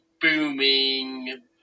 booming